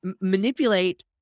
manipulate